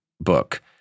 book